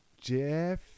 Jeff